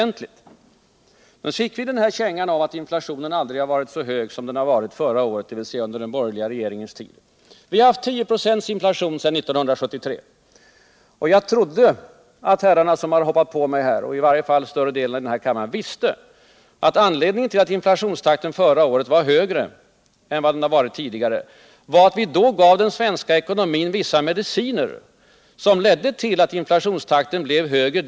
Nu fick vi den här kängan att inflationen aldrig har varit så hög som förra året, dvs. som under den borgerliga regeringens tid. Vi har haft 10 26 inflation sedan 1973. Jag trodde att såväl herrarna som har hoppat på mig här — och i varje fall större delen av ledamöterna i denna kammare — visste att en av anledningarna till att inflationstakten förra året blev högre än tidigare var att vi då gav den svenska ekonomin vissa mediciner, som ledde till att inflationstakten blev högre.